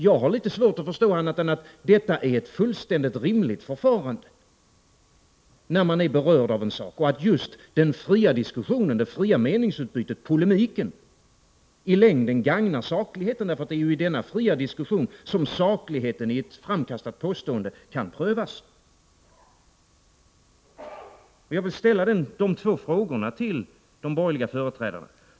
Jag har svårt att förstå annat än att detta är ett fullständigt rimligt förfarande när man är berörd av sådant. Just det fria meningsutbytet, polemiken, gagnar i längden sakligheten. Det är ju i denna fria diskussion som sakligheten i ett framkastat påstående kan prövas. Jag vill ställa två frågor till de borgerliga företrädarna.